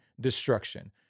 destruction